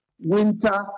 winter